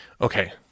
Okay